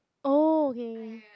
oh okay